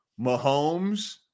Mahomes